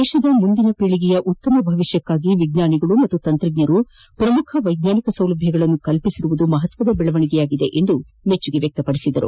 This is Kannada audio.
ದೇಶದ ಮುಂದಿನ ಪೀಳಿಗೆಯ ಭವಿಷ್ಯಕ್ಕಾಗಿ ವಿಜ್ಞಾನಿಗಳು ಮತ್ತು ತಂತ್ರಜ್ಞರು ಪ್ರಮುಖ ವೈಜ್ಞಾನಿಕ ಸೌಲಭ್ಯಗಳನ್ನು ಕಲ್ಪಿಸಿರುವುದು ಮಹತ್ವದ ಬೆಳವಣೆಗೆಯಾಗಿದೆ ಎಂದು ಶ್ಲಾಘಿಸಿದರು